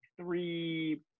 three